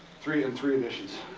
three, in three editions.